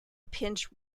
pinch